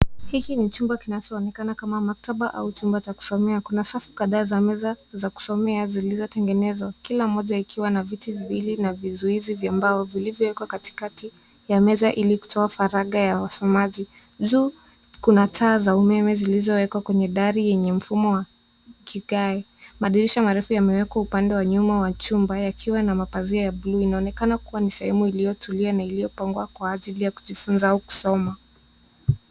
Hiki ni chumba kinachoonekana kama maktaba au chumba cha kusomea. Kuna safu kadhaa za meza za kusomea zilizotengenezwa kila moja ikiwa na viti viwili na vizuizi vya mbao vilivyowekwa katikati ya meza ili kutoa faragha ya wasomaji. Juu kuna taa za umeme zilizowekwa kwenye dari yenye mfumo wa kigai. Madirisha marefu yamewekwa upande wa nyuma wa chumba yakiwa na mapazia ya bluu. Inaonekana kuwa ni sehemu iliyotulia na iliyopangwa kwa ajili ya kujifunza au kusoma.